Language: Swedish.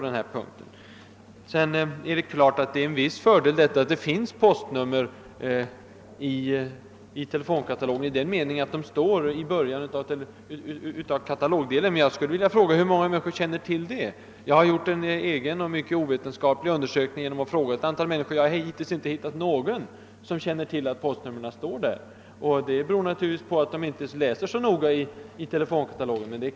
Det är naturligtvis en viss hjälp att postnummer finns angivna i början av telefonkatalogen, men jag undrar hur många människor som känner till detta. Jag har gjort en egen och helt ovetenskaplig >undersökning», och har hittills inte funnit någon person som har känt till att det finns postnummer i telefonkatalogen. Det torde bero på att de inte har läst telefonkatalogen så noga.